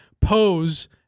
pose